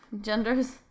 genders